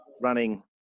running